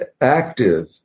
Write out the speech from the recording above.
active